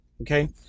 okay